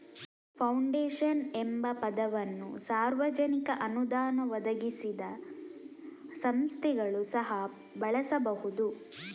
foundation ಎಂಬ ಪದವನ್ನು ಸಾರ್ವಜನಿಕ ಅನುದಾನ ಒದಗಿಸದ ಸಂಸ್ಥೆಗಳು ಸಹ ಬಳಸಬಹುದು